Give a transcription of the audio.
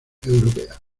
europea